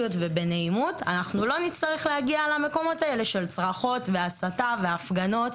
ונעים אנחנו לא נצטרך להגיע למקומות האלה של צרחות והסתה והפגנות,